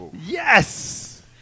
Yes